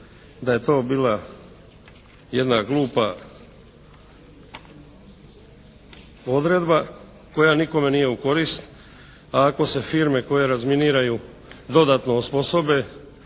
da je to bila jedna glupa odredba koja nikome nikome nije u korist, a ako se firme koje razminiraju dodatno osposobe,